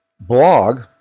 blog